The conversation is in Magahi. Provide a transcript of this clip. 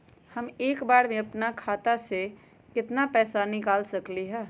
हम एक बार में अपना खाता से केतना पैसा निकाल सकली ह?